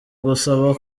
gusaba